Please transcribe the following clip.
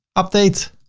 update,